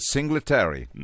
Singletary